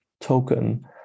token